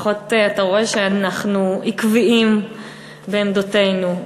לפחות אתה רואה שאנחנו עקביים בעמדותינו,